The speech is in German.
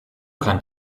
kann